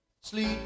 Sleep